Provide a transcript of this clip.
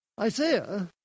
Isaiah